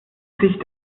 sich